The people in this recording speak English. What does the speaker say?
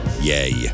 Yay